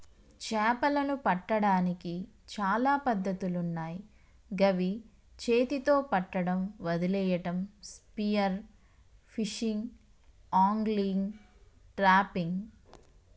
చేపలను పట్టడానికి చాలా పద్ధతులున్నాయ్ గవి చేతితొ పట్టడం, వలేయడం, స్పియర్ ఫిషింగ్, ఆంగ్లిగ్, ట్రాపింగ్